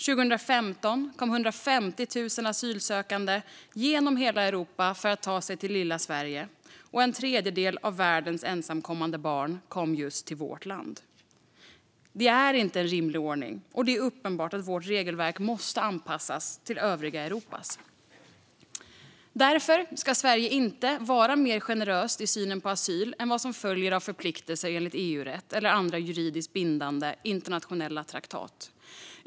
År 2015 kom 150 000 asylsökande genom hela Europa för att ta sig till lilla Sverige, och en tredjedel av världens ensamkommande barn kom just till vårt land. Det är inte en rimlig ordning, och det är uppenbart att vårt regelverk måste anpassas till övriga Europas. Därför ska Sverige inte vara mer generöst i synen på asyl än vad som följer av förpliktelser enligt EU-rätt eller andra juridiskt bindande internationella traktat.